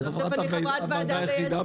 סיעות הליכוד, ש"ס, יהדות התורה והציונות